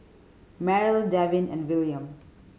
Merrill Devin and Willam